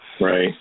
Right